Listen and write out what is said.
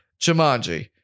Jumanji